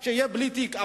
עוד שר שיהיה בלי תיק.